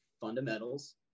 fundamentals